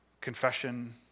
Confession